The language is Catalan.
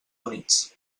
units